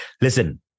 Listen